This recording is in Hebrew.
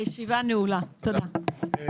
הישיבה ננעלה בשעה 11:04.